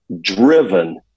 driven